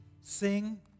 sing